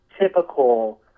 typical